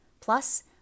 Plus